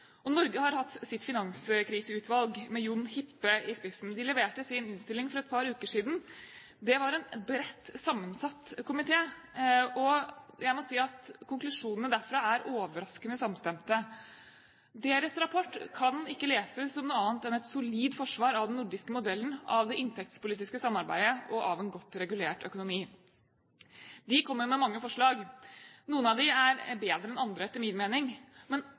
Og Norge har hatt sitt finanskriseutvalg med Jon Hippe i spissen, de leverte sin innstilling for et par uker siden. Det var en bredt sammensatt komité, og jeg må si at konklusjonene derfra er overraskende samstemte. Deres rapport kan ikke leses som noe annet enn et solid forsvar av den nordiske modellen, av det inntektspolitiske samarbeidet og av en godt regulert økonomi. De kommer med mange forslag. Noen av dem er etter min mening bedre enn andre,